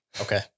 Okay